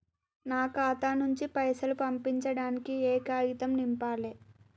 నా ఖాతా నుంచి పైసలు పంపించడానికి ఏ కాగితం నింపాలే?